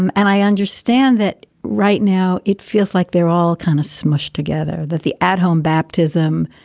and and i understand that right now it feels like they're all kind of smushed together, that the at home baptism,